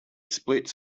splits